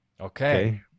Okay